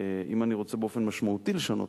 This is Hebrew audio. אם אני רוצה באופן משמעותי לשנות,